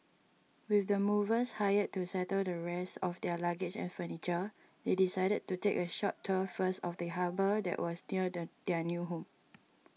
with the movers hired to settle the rest of their luggage and furniture they decided to take a short tour first of the harbour that was near the their new home